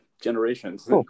generations